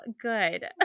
good